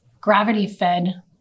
gravity-fed